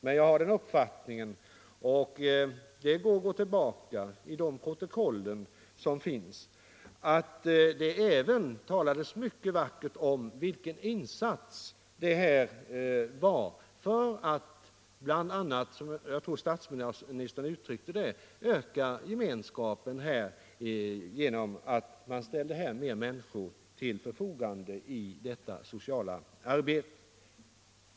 Men om man går tillbaka till de protokoll som finns kan man få bekräftat att det även talades mycket vackert om vilken insats detta var för att bl.a., som jag tror statsministern uttryckte det, öka gemenskapen genom att man ställer fler människor till förfogande i detta sociala arbete.